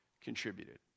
contributed